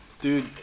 Dude